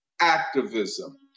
activism